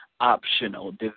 optional